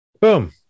Boom